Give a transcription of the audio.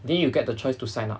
then you get the choice to sign up